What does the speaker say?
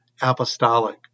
apostolic